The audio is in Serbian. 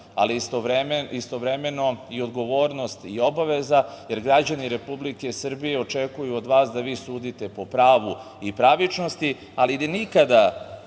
ali istovremeno i odgovornost i obaveza, jer građani Republike Srbije očekuju od vas da vi sudite po pravu i pravičnosti, ali da nikada